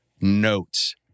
notes